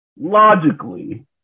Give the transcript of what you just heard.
logically